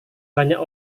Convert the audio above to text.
banyak